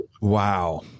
Wow